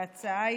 בשמה?